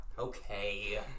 Okay